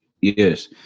yes